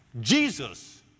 Jesus